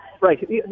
Right